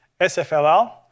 SFLL